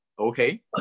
Okay